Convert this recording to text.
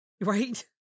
Right